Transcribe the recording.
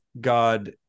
god